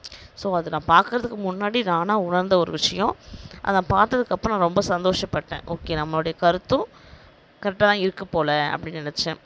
so அது நான் பார்க்கறதுக்கு முன்னாடி நானாக உணர்ந்த ஒரு விஷயோம் அதை நான் பார்த்ததுக்கு அப்புறம் நான் ரொம்ப சந்தோஷப்பட்டேன் ஓகே நம்மளுடைய கருத்தும் கரெக்டாக தான் இருக்குது போல அப்படின்னு நினைச்சேன்